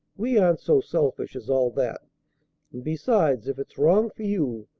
we aren't so selfish as all that. and besides, if it's wrong for you,